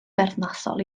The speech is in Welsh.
berthnasol